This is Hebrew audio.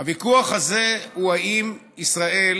הוויכוח הזה הוא האם ישראל